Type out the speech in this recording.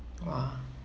!wah!